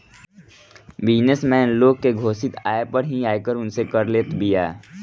business man लोग के घोषित आय पअ ही आयकर उनसे कर लेत बिया